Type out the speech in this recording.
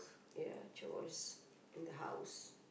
ya chores in the house